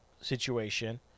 situation